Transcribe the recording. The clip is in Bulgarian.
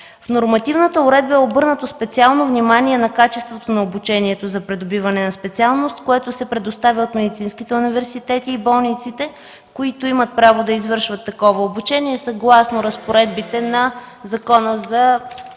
В нормативната уредба е обърнато специално внимание на качеството на обучението за придобиване на специалност, което се предоставя от медицинските университети и болниците, които имат право да извършват такова обучение, съгласно разпоредбите на Закона за